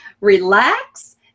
relax